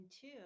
two